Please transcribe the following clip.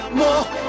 more